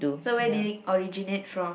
so where did it originate from